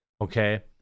okay